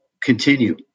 continue